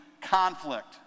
conflict